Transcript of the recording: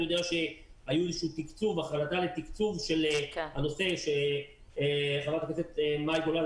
אני יודע שהייתה איזושהי החלטה לתקצוב של הנושא - וחברת הכנסת מאי גולן,